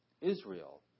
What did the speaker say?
Israel